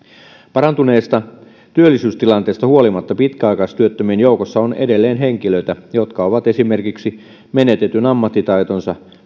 parantuneesta työllisyystilanteesta huolimatta pitkäaikaistyöttömien joukossa on edelleen henkilöitä jotka ovat esimerkiksi menetetyn ammattitaitonsa